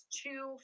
two